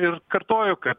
ir kartoju kad